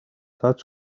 such